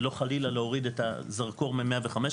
לא חלילה להוריד את הזרקור מ-105.